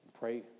Pray